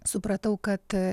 supratau kad